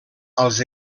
als